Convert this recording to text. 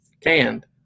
canned